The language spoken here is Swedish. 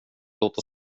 låt